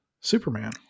Superman